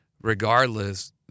regardless